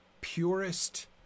purest